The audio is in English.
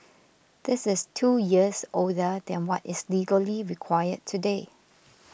this is two years older than what is legally required today